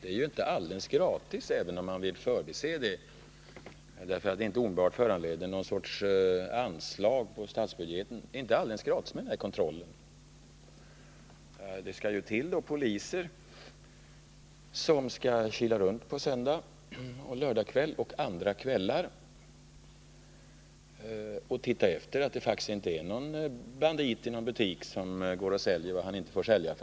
Den är ju inte alldeles gratis, även om man vill förbise den kostnaden, därför att kontrollen inte omedelbart föranleder något anslag i statsbudgeten. Polis skall kila runt om söndagar, lördagskvällar och andra kvällar och titta efter att det faktiskt inte står någon bandit i en butik och säljer sådant som han inte får sälja.